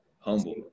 Humble